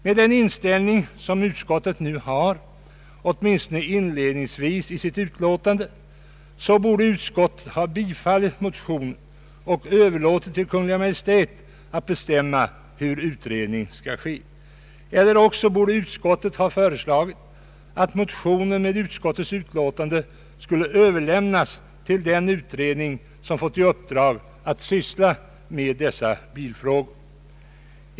Med den inställning utskottet nu har, åtminstone inledningsvis i sitt utlåtande, borde utskottet ha bifallit motionen och överlåtit till Kungl. Maj:t att bestämma hur utredningen skall ske. Eller också borde utskottet ha föreslagit att motionen med utskottets utlåtande skulle överlämnas till den utredning som fått i uppdrag att syssla med dessa bilfrågor.